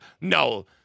no